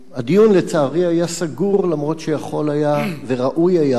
לצערי הדיון היה סגור למרות שיכול היה וראוי היה